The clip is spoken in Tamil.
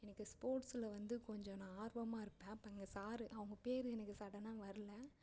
எனக்கு ஸ்போர்ட்சில் வந்து கொஞ்சம் நான் ஆர்வமாக இருப்பேன் அப்போ அங்கே சார் அவங்க பேர் எனக்கு சடன்னாக வரல